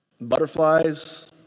butterflies